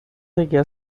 seguía